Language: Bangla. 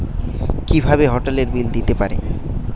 কিভাবে হোটেলের বিল দিতে পারি?